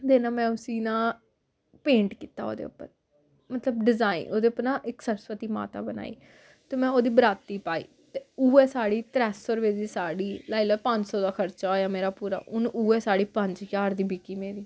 ते ना में उसी ना पेंट कीता ओह्दे उप्पर मतलब डिजाइन ओह्दे उप्पर ना इक सरस्वती माता बनाई ते में ओह्दी बराती पाई ते उ'ऐ साड़ी त्रै सौ रपेऽ दी साड़ी लाई लैओ पंज सौ दा खर्चा होएआ मेरा पूरा हून उ'ऐ साड़ी पंज ज्हार दी बिकी मेरी